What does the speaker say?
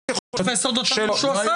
להיות שלא --- פרופסור דותן אמר משהו אחר.